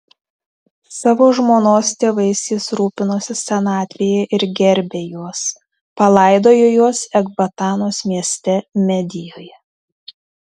savo žmonos tėvais jis rūpinosi senatvėje ir gerbė juos palaidojo juos ekbatanos mieste medijoje